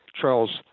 Charles